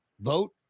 vote